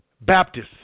Baptists